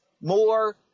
more